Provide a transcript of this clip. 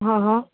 અહં હં